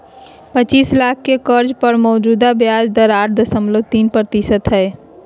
पचीस लाख के कर्ज पर मौजूदा ब्याज दर आठ दशमलब तीन प्रतिशत हइ